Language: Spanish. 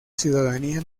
ciudadanía